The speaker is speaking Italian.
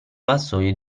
vassoio